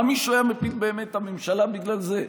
מה, מישהו באמת היה מפיל את הממשלה בגלל זה?